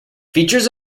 features